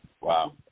Wow